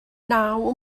naw